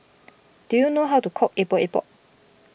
do you know how to cook Epok Epok